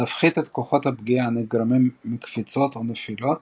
להפחית את כוחות הפגיעה הנגרמים מקפיצות או נפילות